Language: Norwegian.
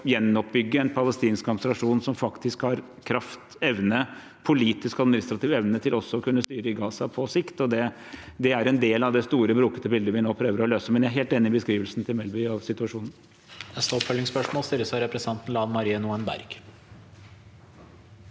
å gjenoppbygge en palestinsk administrasjon som faktisk har kraft og politisk og administrativ evne til også å kunne styre i Gaza på sikt. Det er en del av det store, brokete bildet vi nå prøver å løse, men jeg er helt enig i beskrivelsen til Melby av situasjonen.